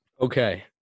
Okay